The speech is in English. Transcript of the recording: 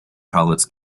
pallets